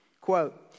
Quote